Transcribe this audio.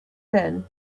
then